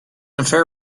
affair